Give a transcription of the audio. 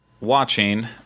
watching